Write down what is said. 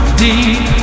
deep